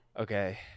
Okay